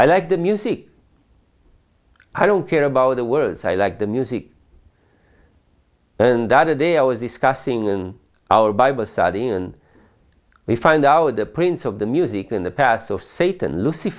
i like the music i don't care about the words i like the music and that a day i was discussing in our bible study and we find out the prince of the music in the past of satan luc